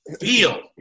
feel